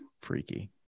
Freaky